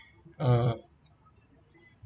uh